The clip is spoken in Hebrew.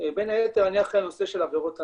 בין היתר אני אחראי על הנושא של עבירות המין.